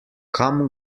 kam